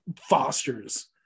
fosters